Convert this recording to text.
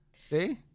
See